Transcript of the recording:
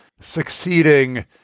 succeeding